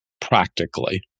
practically